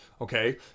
Okay